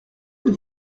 êtes